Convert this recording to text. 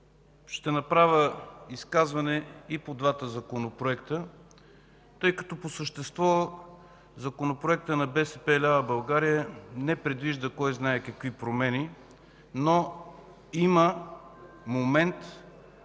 Ще направя изказване и по двата законопроекта, тъй като по същество Законопроектът на БСП лява България не предвижда кой знае какви промени, но има момент,